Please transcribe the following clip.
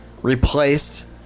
replaced